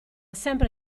sempre